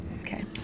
Okay